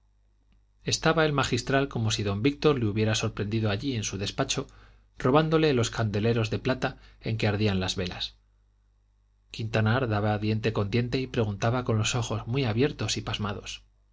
estaba el magistral como si don víctor le hubiera sorprendido allí en su despacho robándole los candeleros de plata en que ardían las velas quintanar daba diente con diente y preguntaba con los ojos muy abiertos y pasmados